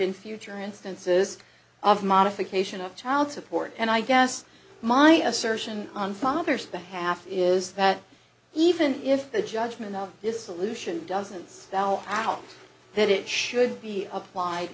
in future instances of modification of child support and i guess my assertion on father's behalf is that even if the judgment of this solution doesn't spell out that it should be applied